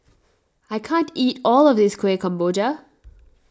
I can't eat all of this Kuih Kemboja